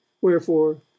wherefore